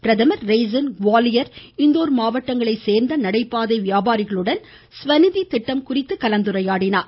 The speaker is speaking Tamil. பிரதமர் சுயளைழஇ குவாலியர் இந்தூர் மாவட்டங்களைச் சேர்ந்த நடைபாதை வியாபாரிகளுடன் பிரதமரின் ஸ்வநிதி திட்டம் குறித்து கலந்துரையாடினார்